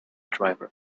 driver